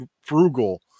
frugal